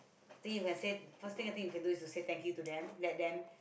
then you can say first thing I think you can do is to say thank you to them let them